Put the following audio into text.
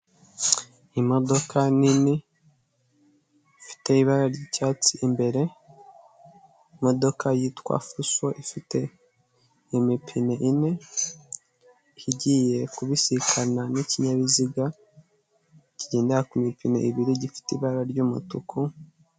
Imodoka nini ifite ibara ry'icyatsi imbere, imodoka yitwa fuso ifite imipine ine igiye kubisikana n'ikinyabiziga kigendera ku mipine ibiri gifite ibara ry'umutuku.